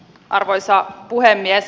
arvoisa puhemies